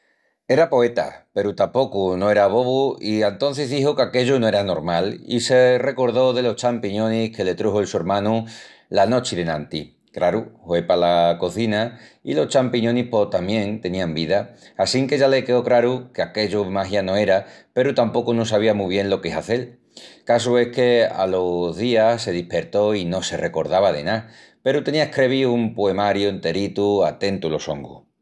Era poeta, peru tapocu no era bobu i antocis dixu qu'aquellu no era normal i se recordó delos champiñonis que le truxu'l su ermanu la nochi d'enantis. Craru, hue pala cozina i los champiñonis pos tamién tenián vida, assinque ya le queó craru que aquellu magia no era peru tapocu no sabía mu bien lu qué hazel. Casu es que alos días se dispertó i no se recordava de ná, peru tenía escrevíu un poemariu enteritu a tentu los hongus.